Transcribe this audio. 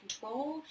control